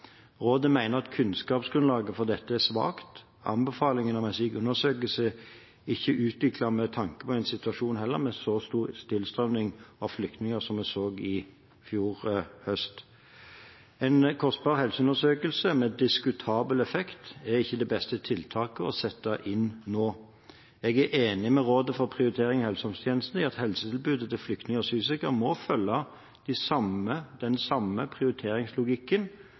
Rådet mener at kunnskapsgrunnlaget for dette er svakt. Anbefalingen om en slik undersøkelse er heller ikke utviklet med tanke på en situasjon med så stor tilstrømning av flyktninger som vi så i fjor høst. En kostbar helseundersøkelse med diskutabel effekt er ikke det beste tiltaket å sette inn nå. Jeg er enig med Rådet for prioritering i helse- og omsorgstjenesten i at helsetilbudet til flyktninger og asylsøkere må følge den samme prioriteringslogikken